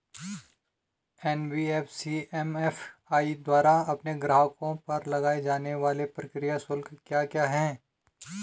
NBFC MFI द्वारा अपने ग्राहकों पर लगाए जाने वाले प्रक्रिया शुल्क क्या क्या हैं?